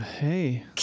Hey